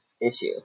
issue